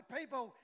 people